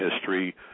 history